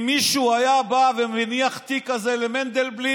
אם מישהו היה בא ומניח תיק כזה למנדלבליט,